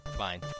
fine